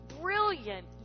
brilliant